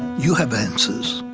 you have answers.